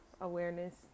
awareness